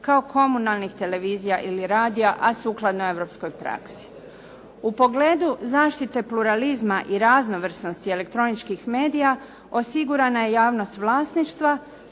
kao komunalnih televizija ili radija, a sukladno europskoj praksi. U pogledu zaštite pluralizma i raznovrsnosti elektroničkih medija osigurana je javnost vlasništva,